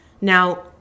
Now